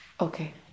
Okay